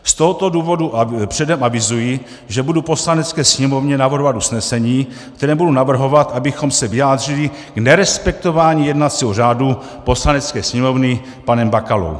Z tohoto důvodu předem avizuji, že budu Poslanecké sněmovně navrhovat usnesení, ve kterém budu navrhovat, abychom se vyjádřili k nerespektování jednacího řádu Poslanecké sněmovny panem Bakalou.